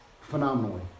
phenomenally